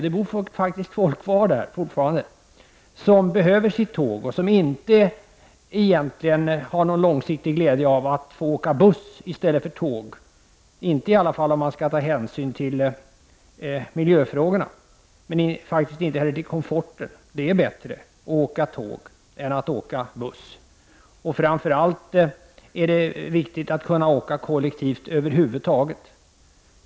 Det bor faktiskt folk kvar där fortfarande som behöver sitt tåg och som egentligen inte har någon långsiktig glädje av att få åka buss i stället för tåg, i varje fall inte om man skall ta hänsyn till miljöfrågorna men inte heller om hänsyn tas till komforten. Det är bättre att åka tåg än att åka buss. Framför allt är det viktigt att kunna åka kollektivt över huvud taget.